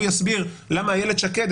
הוא יסביר למה איילת שקד,